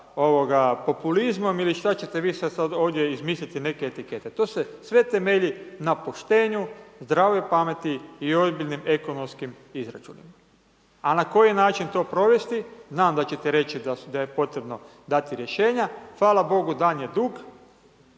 populizmom ili šta ćete vi sada ovdje izmisliti neke etikete. To se sve temelji na poštenju, zdravoj pameti i ozbiljnim ekonomskim izračunima. A na koji način to provesti? Znam da ćete reći da je potrebno dati rješenja, hvala Bogu, dan je dug,